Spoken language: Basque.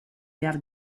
behar